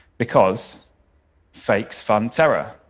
because fakes fund terror.